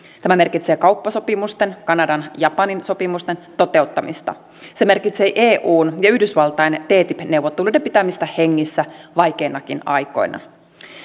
tämä merkitsee kauppasopimusten kanadan ja japanin sopimusten toteuttamista se merkitsee eun ja yhdysvaltain ttip neuvotteluiden pitämistä hengissä vaikeinakin aikoina